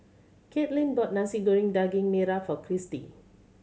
Katelin bought Nasi Goreng Daging Merah for Kristy